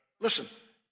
Listen